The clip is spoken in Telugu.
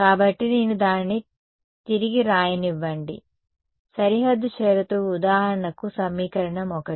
కాబట్టి నేను దానిని తిరిగి వ్రాయనివ్వండి సరిహద్దు షరతు ఉదాహరణకు సమీకరణం 1